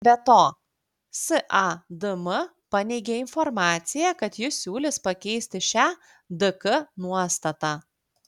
be to sadm paneigė informaciją kad ji siūlys pakeisti šią dk nuostatą